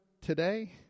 today